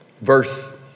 Verse